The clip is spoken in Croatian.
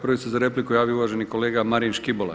Prvi se za repliku javio uvaženi kolega Marin Škibola.